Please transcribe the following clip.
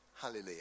Hallelujah